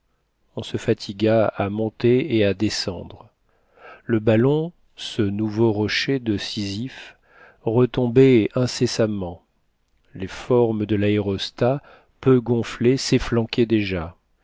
on se fatigua à monter et à descendre le ballon ce nouveau rocher de sisyphe retombait incessamment les formes de l'aérostat peu gonflé s'efflanquaient déjà